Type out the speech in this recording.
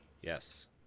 Yes